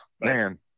man